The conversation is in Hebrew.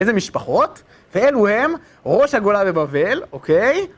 איזה משפחות, ואלו הם ראש הגולה בבבל, אוקיי?